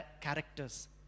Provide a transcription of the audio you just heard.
characters